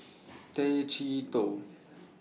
Tay Chee Toh